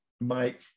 Mike